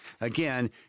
Again